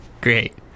great